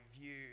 view